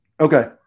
Okay